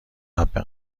حبه